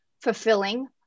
fulfilling